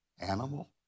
animal